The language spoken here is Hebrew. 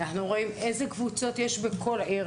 אילו קבוצות יש בכל עיר.